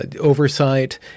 oversight